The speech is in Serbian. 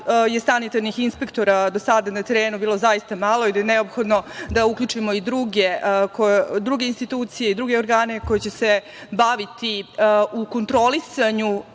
je sanitarnih inspektora do sada na terenu bilo zaista malo i da je neophodno da uključimo i druge institucije i druge organe koji će se baviti kontrolisanjem